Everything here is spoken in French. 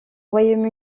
royaume